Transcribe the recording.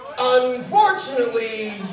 Unfortunately